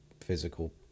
physical